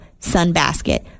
Sunbasket